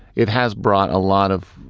it has brought a lot of,